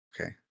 Okay